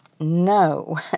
No